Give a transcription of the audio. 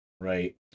right